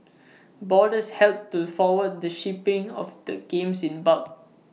boarders helped to forward the shipping of the games in bulk